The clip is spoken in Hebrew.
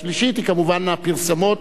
השלישית היא, כמובן, הפרסומות